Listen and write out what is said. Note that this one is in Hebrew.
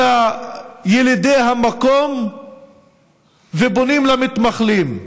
את ילידי המקום ובונים למתנחלים.